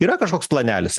yra kažkoks planelis